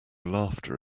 laughter